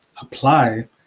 Apply